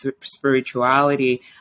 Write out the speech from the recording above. spirituality